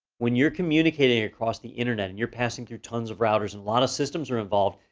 when you're communicating across the internet. and you're passing through tons of routers, and a lot of systems are involved.